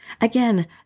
Again